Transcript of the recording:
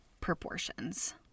proportions